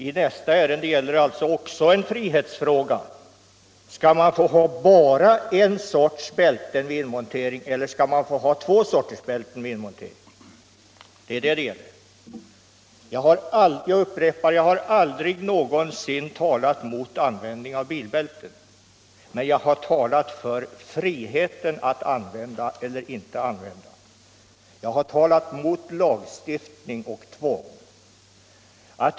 I nästa ärende gäller det också en frihetsfråga. Skall man få ha bara en sorts bälten eller skall man få ha två sorters? Det är detta det gäller. Jag upprepar: Jag har aldrig någonsin talat mot användning av bilbälten, men jag har talat för friheten att använda eller inte använda bälte. Jag har talat mot lagstiftning och tvång.